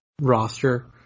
roster